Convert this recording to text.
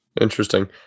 Interesting